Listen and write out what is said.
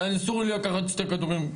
שאסור לי לקחת שני כדורים,